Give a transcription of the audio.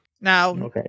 Now